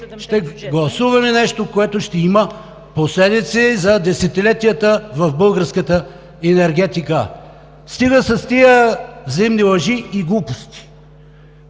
ще гласуваме нещо, което ще има последици за десетилетия в българската енергетика. Стига с тези взаимни лъжи и глупости: